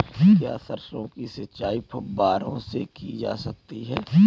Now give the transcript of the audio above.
क्या सरसों की सिंचाई फुब्बारों से की जा सकती है?